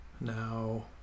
now